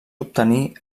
obtenir